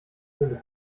sind